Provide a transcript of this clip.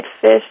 fish